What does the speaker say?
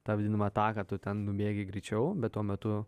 tą vadinamą taką tu ten nubėgi greičiau bet tuo metu